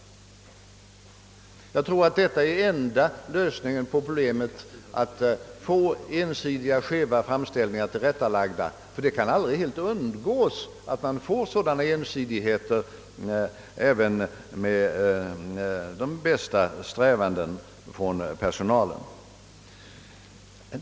Jag tror att detta är den enda lösningen på problemet att få ensidiga, skeva framställningar tillrättalagda, ty det kan aldrig helt undvikas att det uppstår sådana ensidigheter även med de bästa strävanden från personalen.